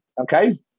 Okay